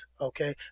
okay